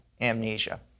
amnesia